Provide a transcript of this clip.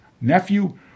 nephew